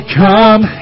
come